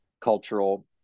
cultural